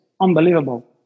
unbelievable